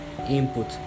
input